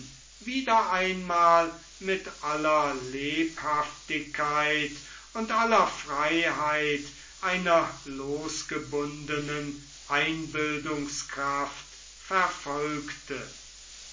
wieder einmal mit aller lebhaftigkeit und aller freiheit einer losgebundenen einbildungskraft verfolgte